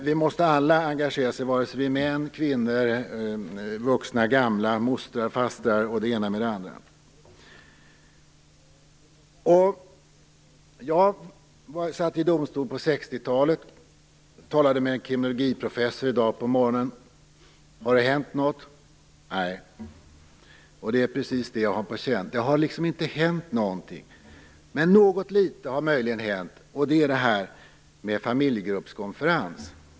Vi måste alla engagera oss, oavsett om vi är män, kvinnor, vuxna, gamla, mostrar eller fastrar. Jag talade med en kriminologiprofessor i dag på morgonen. Jag satt i domstol på 1960-talet. Jag frågade om det har hänt något sedan dess. Han svarade nej. Det är precis det jag har haft på känn. Det har inte hänt någonting. Något litet har möjligen hänt. Det gäller familjegruppskonferenser.